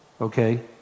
okay